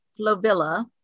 Flovilla